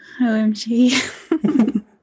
Omg